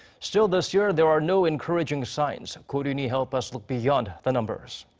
still this year, there are no encouraging signs. ko roon-hee help us look beyond the numbers.